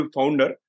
Founder